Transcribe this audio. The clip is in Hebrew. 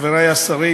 מביא בשמי